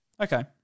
Okay